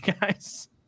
guys